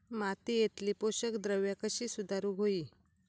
मातीयेतली पोषकद्रव्या कशी सुधारुक होई?